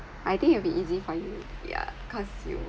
I think it'll be easy for you yeah cause you